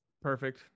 Perfect